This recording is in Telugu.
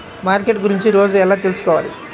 మార్కెట్ గురించి రోజు ఎలా తెలుసుకోవాలి?